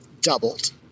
doubled